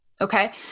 okay